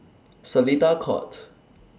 Seletar Court